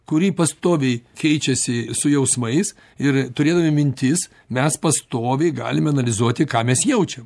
kuri pastoviai keičiasi su jausmais ir turėdami mintis mes pastoviai galime analizuoti ką mes jaučiam